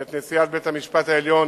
ואת נשיאת בית-המשפט העליון,